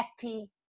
happy